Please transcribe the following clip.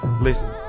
listen